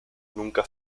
nunca